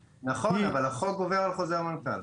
נכון, אבל החוק גובר על חוזר מנכ"ל.